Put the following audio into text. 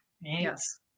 Yes